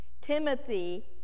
Timothy